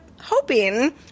hoping